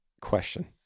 question